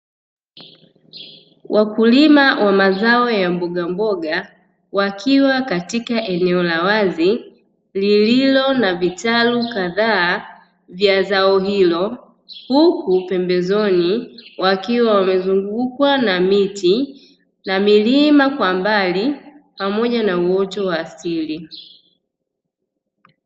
Wakulima wa mazao ya mbogamboga, wakiwa katika eneo la wazi, lililo na vitalu kadhaa vya zao hilo, huku pembezoni wakiwa wamemzungukwa na miti na milima kwa mbali, pamoja na uoto wa asili.